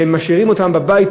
והם משאירים אותם בבית,